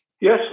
Yes